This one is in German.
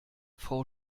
frau